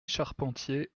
charpentier